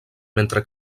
mentre